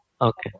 Okay